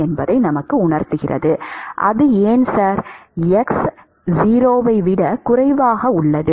x 0 ஐ விட குறைவாக உள்ளது